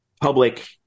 public